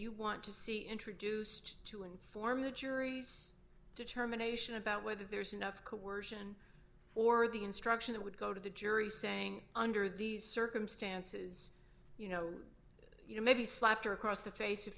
you want to see introduced to inform the jury's determination about whether there's enough coercion or the instruction that would go to the jury saying under these circumstances you know you know maybe slapped her across the face a